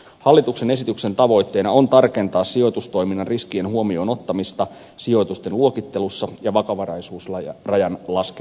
hallituksen esityksen tavoitteena on tarkentaa sijoitustoiminnan riskien huomioon ottamista sijoitusten luokittelussa ja vakavaraisuusrajan laskemisessa